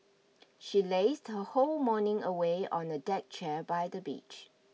she lazed her whole morning away on a deck chair by the beach